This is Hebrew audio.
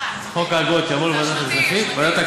חוק האגרות יעבור לוועדת הכספים,